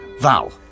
Val